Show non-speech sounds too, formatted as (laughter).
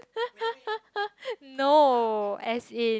(laughs) no as in